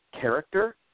character